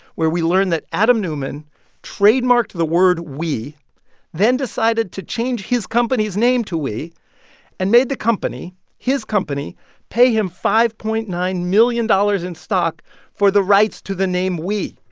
where we learn that adam neumann trademarked the word we then decided to change his company's name to we and made the company his company pay him five point nine million dollars in stock for the rights to the name we.